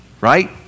right